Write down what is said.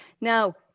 now